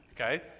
Okay